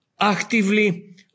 actively